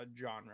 genre